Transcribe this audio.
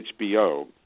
hbo